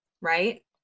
right